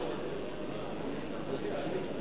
והשירותים החברתיים, השר משה כחלון.